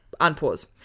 unpause